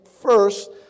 first